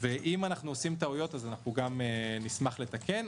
אם אנחנו עושים טעויות, נשמח לתקן.